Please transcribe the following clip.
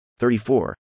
34